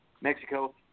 Mexico